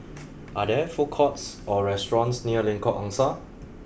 are there food courts or restaurants near Lengkok Angsa